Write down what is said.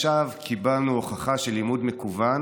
עכשיו קיבלנו הוכחה שלימוד מקוון